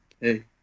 hey